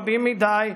רבים מדי,